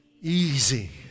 easy